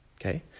Okay